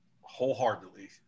wholeheartedly